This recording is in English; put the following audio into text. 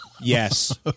Yes